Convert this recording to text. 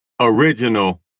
original